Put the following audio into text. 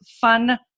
fun